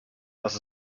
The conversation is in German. dass